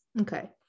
Okay